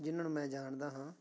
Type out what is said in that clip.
ਜਿਨ੍ਹਾਂ ਨੂੰ ਮੈਂ ਜਾਣਦਾ ਹਾਂ